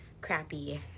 crappy